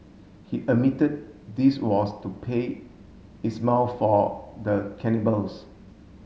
he admitted this was to pay Ismail for the cannibals